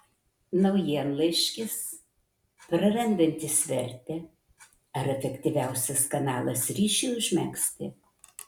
naujienlaiškis prarandantis vertę ar efektyviausias kanalas ryšiui užmegzti